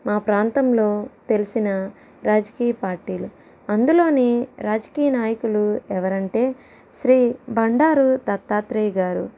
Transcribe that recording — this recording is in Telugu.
మా ప్రాంతంలో తెలిసిన రాజకీయ పార్టీలు అందులోనే రాజకీయ నాయకులు ఎవరు అంటే శ్రీ బండారు దత్తాత్రేయ గారు